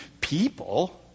people